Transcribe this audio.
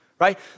right